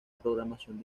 programación